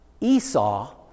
Esau